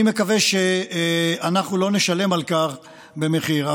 אני מקווה שאנחנו לא נשלם על כך מחיר.